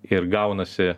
ir gaunasi